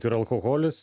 tai ir alkoholis